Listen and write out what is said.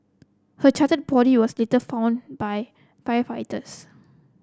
her charred body was later found by firefighters